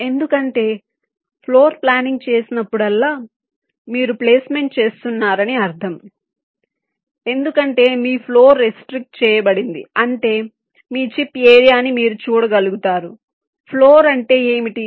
ఎందుకంటే floor planning చేసినప్పుడల్లా మీరు ప్లేస్మెంట్ చేస్తున్నారని అర్థం ఎందుకంటే మీ ఫ్లోర్ రెస్ట్రిక్ట్ చేయబడింది అంటే మీ చిప్ ఏరియా ని మీరు చూడగలుగుతారు ఫ్లోర్ అంటే ఏమిటి